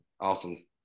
awesome